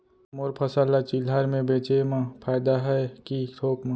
मोर फसल ल चिल्हर में बेचे म फायदा है के थोक म?